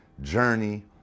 journey